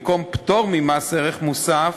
במקום פטור ממס ערך מוסף,